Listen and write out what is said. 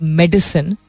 medicine